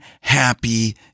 happy